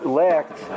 lacked